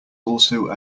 also